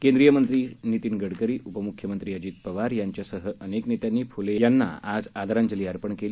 केंद्रीय मंत्री नितीन गडकरी उपम्ख्यमंत्री अजित पवार यांच्यासह अनेक नेत्यांनी फ्ले यांना आज आंदराजली अर्पण केली